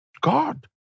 God